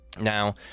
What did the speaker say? Now